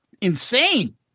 insane